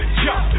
jump